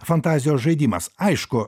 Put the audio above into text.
fantazijos žaidimas aišku